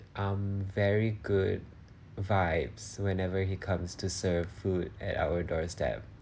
um very good vibes whenever he comes to serve food at our doorstep